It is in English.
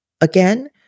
again